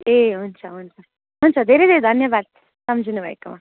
ए हुन्छ हुन्छ हुन्छ धेरै धेरै धन्यवाद सम्झिनु भएकोमा